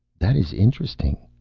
that is interesting,